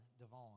Devon